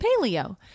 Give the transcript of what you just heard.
paleo